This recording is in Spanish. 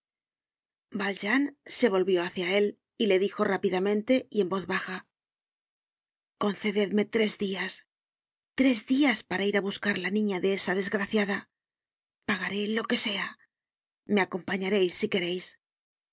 valjean se volvió hácia él y le dijo rápidamente y en voz baja concededme tres dias tres dias para ir á buscar la niña de esa desgraciada pagaré lo que sea me acompañareis si quereis quieres